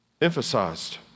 emphasized